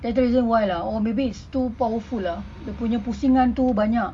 that's the reason why lah or maybe it's too powerful lah dia punya pusingan tu banyak